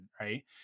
right